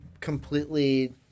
completely